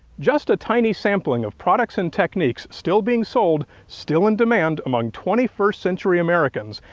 just a tiny sampling of products and techniques still being sold, still in demand among twenty first century americans,